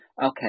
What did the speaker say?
Okay